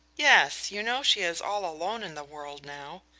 yes you know she is all alone in the world now.